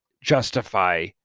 justify